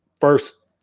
first